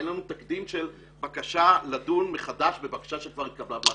אין לנו תקדים של בקשה לדון מחדש בבקשה שכבר התקבלה בהחלטה.